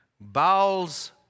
bowels